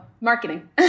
marketing